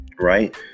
Right